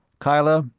kyla,